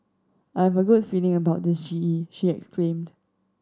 I have a good feeling about this G E she exclaimed